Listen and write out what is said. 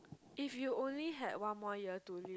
if you only had one more year to live